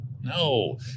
No